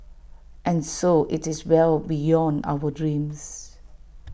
and so IT is well beyond our dreams